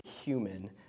human